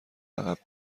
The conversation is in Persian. عقب